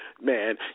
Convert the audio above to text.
Man